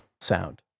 sound